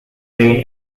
grain